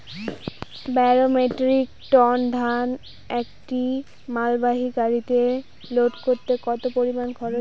বারো metric tonne ধান একটি মালবাহী গাড়িতে লোড করতে কতো পরিমাণ খরচা হয়?